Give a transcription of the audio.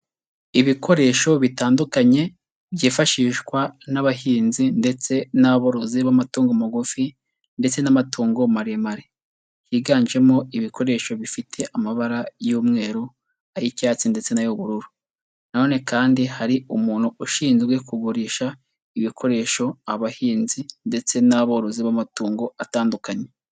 Ibikoresho bitandukanye byifashishwa n'abahinzi ndetse n'aborozi b'amatungo magufi ndetse n'amatungo maremare, higanjemo ibikoresho bifite amabara y'umweru, ay'icyatsi ndetse n'ay'ubururu, na none kandi hari umuntu ushinzwe kugurisha ibikoresho abahinzi ndetse n'aborozi b'amatungo atandukanye.